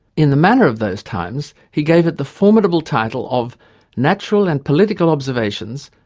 in the manner of those times he gave it the formidable title of natural and political observations,